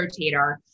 rotator